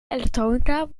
elektronica